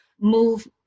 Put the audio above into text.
move